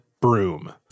broom